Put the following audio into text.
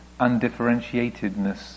undifferentiatedness